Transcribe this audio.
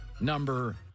number